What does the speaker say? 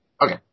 Okay